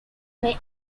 may